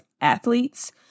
athletes